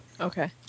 Okay